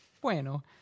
Bueno